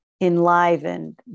enlivened